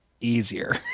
easier